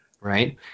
right